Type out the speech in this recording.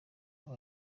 iyo